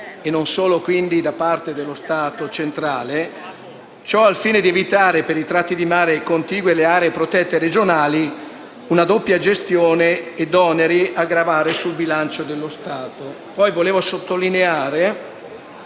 solo allo Stato centrale - al fine di evitare, per i tratti di mare contigui alle aree protette regionali, una doppia gestione e doppi oneri a gravare sul bilancio dello Stato.